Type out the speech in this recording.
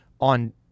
on